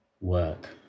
work